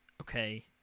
Okay